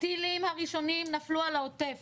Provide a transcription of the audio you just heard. הטילים הראשונים נפלו על העוטף